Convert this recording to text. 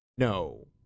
No